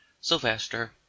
Sylvester